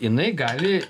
jinai gali